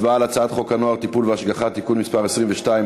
הצבעה על הצעת חוק הנוער (טיפול והשגחה) (תיקון מס' 22),